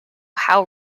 how